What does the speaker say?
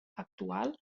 actual